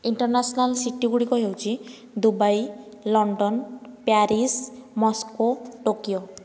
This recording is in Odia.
ଇଣ୍ଟରନ୍ୟାସନାଲ ସିଟି ଗୁଡ଼ିକ ହେଉଛି Dubai London Paris Moscow Tokyo